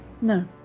No